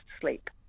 sleep